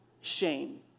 shame